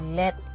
let